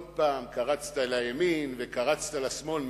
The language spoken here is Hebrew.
עוד פעם קרצת לימין וקרצת לשמאל.